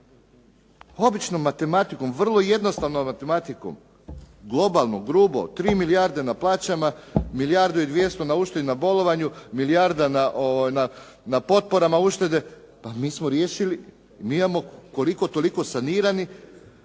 Običnom matematikom, vrlo jednostavnom matematikom, globalno, grubo 3 milijarde na plaćama, milijardu i 200 na uštedi na bolovanju, milijarda na potporama uštede. Pa mi smo riješili, mi imamo koliko-toliko sanirani